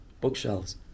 Bookshelves